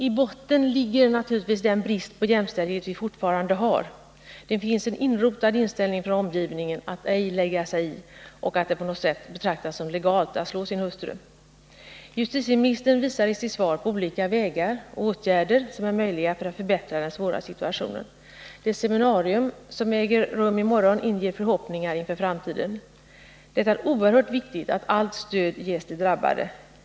I botten ligger naturligtvis den brist på jämställdhet vi fortfarande har. Det finns en inrotad inställning hos omgivningen att man ej skall lägga sig i och att det på något sätt är legalt att slå sin hustru. Justitieministern visar i sitt svar på olika vägar och åtgärder som är möjliga för att förbättra den svåra situationen. Det seminarium som äger rum i morgon inger förhoppningar inför framtiden. Det är oerhört viktigt att allt stöd ges de drabbade.